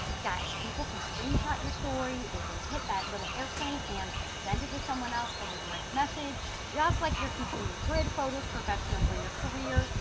guys people can screenshot your story, they can hit that little airplane and send to to someone else over direct message. just like you're keeping your grid photos professional for your career,